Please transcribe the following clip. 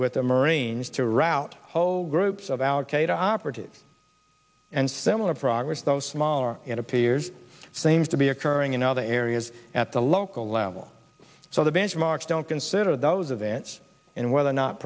with the marines to rout whole groups of al qaeda operatives and similar progress though smaller it appears seems to be occurring in other areas at the local level so the benchmarks don't consider those events and whether or not